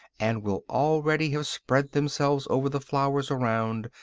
and will already have spread themselves over the flowers around,